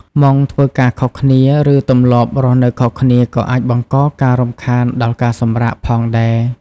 ម៉ោងធ្វើការខុសគ្នា ឬទម្លាប់រស់នៅខុសគ្នាក៏អាចបង្កការរំខានដល់ការសម្រាក ផងដែរ។